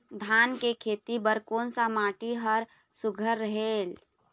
धान के खेती बर कोन सा माटी हर सुघ्घर रहेल?